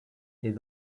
est